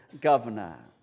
governor